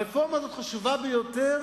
הרפורמה הזאת חשובה ביותר,